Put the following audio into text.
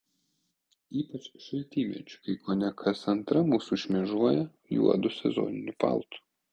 ypač šaltymečiu kai kone kas antra mūsų šmėžuoja juodu sezoniniu paltu